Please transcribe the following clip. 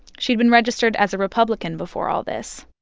she'd been registered as a republican before all this.